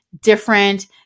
different